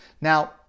Now